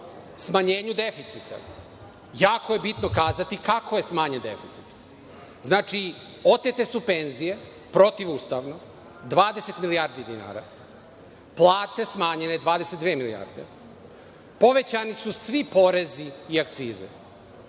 smanjenju deficita. Jako je bitno kazati kako je smanjen deficit. Znači, otete su penzije, protivustavno, 20 milijardi dinara, plate smanjene 22 milijarde, povećani su svi porezi i akcize.